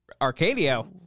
arcadio